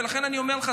ולכן אני אומר לך,